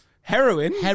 Heroin